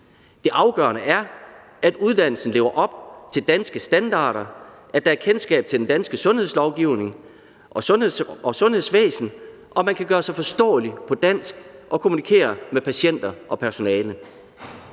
Det afgørende er, at uddannelsen lever op til danske standarder, at der er kendskab til den danske sundhedslovgivning og det danske sundhedsvæsen, og at man kan gøre sig forståelig på dansk og kommunikere med patienter og personale.